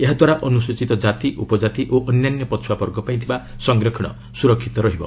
ଏହାଦ୍ୱାରା ଅନୁସୂଚିତ କ୍କାତି ଉପକାତି ଓ ଅନ୍ୟାନ୍ୟ ପଚ୍ଚୁଆବର୍ଗ ପାଇଁ ଥିବା ସଂରକ୍ଷଣ ସୁରକ୍ଷିତ ରହିବ